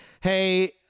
hey